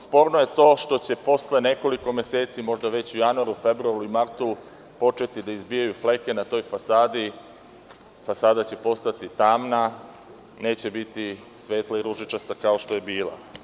Sporno je to što će posle nekoliko meseci, možda već u januaru, februaru ili martu početi da izbijaju fleke na toj fasadi, fasada će postati tamna, neće biti svetla i ružičasta kao što je bila.